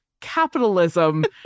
capitalism